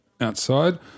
outside